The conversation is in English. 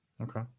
Okay